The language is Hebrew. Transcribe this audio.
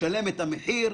משלם את המחיר,